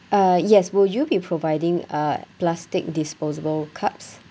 uh yes will you be providing uh plastic disposable cups